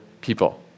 people